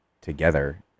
together